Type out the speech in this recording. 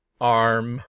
arm